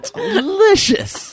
delicious